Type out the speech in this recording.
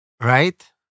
Right